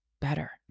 better